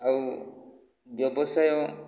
ଆଉ ବ୍ୟବସାୟ